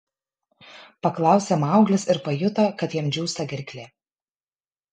paklausė mauglis ir pajuto kad jam džiūsta gerklė